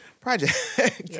project